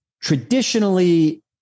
Traditionally